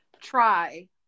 try